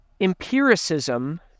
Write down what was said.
empiricism